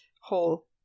hole